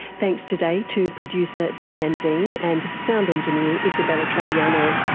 thanks today to producer diane dean and sound engineer isabella tropiano.